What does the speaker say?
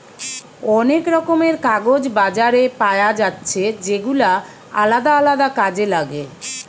অনেক রকমের কাগজ বাজারে পায়া যাচ্ছে যেগুলা আলদা আলদা কাজে লাগে